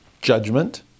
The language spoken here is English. judgment